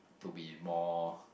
to be more